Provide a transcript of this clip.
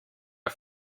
are